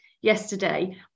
yesterday